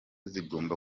zigomba